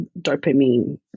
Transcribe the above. dopamine